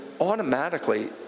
automatically